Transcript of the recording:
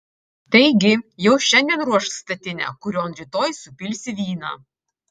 taigi jau šiandien ruošk statinę kurion rytoj supilsi vyną